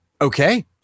okay